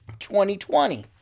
2020